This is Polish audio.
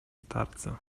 starca